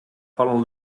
fallen